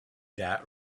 that